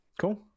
cool